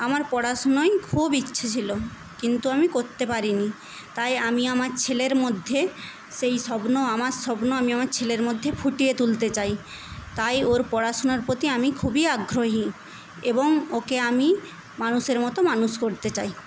আমার পড়াশুনোয় খুব ইচ্ছে ছিল কিন্তু আমি করতে পারিনি তাই আমি আমার ছেলের মধ্যে সেই স্বপ্ন আমার স্বপ্ন আমি আমার ছেলের মধ্যে ফুটিয়ে তুলতে চাই তাই ওর পড়াশুনার প্রতি আমি খুবই আগ্রহী এবং ওকে আমি মানুষের মতো মানুষ করতে চাই